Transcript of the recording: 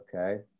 okay